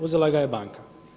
Uzela ga je banka.